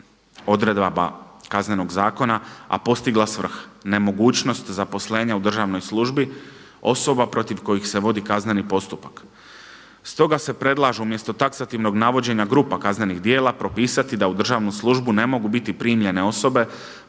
odredaba Kaznenog zakona, a postigla svrha nemogućnost zaposlenja u državnoj službi osoba protiv kojih se vodi kazneni postupak. Stoga se predlažu umjesto taksativnog navođenja grupa kaznenih djela propisati da u državnu službu ne mogu biti primljene osobe